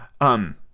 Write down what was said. Um